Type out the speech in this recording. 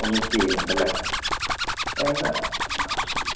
omit ചെയ്യുന്നുണ്ടല്ലെ എന്താ